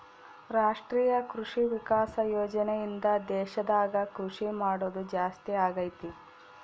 ರಾಷ್ಟ್ರೀಯ ಕೃಷಿ ವಿಕಾಸ ಯೋಜನೆ ಇಂದ ದೇಶದಾಗ ಕೃಷಿ ಮಾಡೋದು ಜಾಸ್ತಿ ಅಗೈತಿ